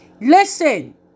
listen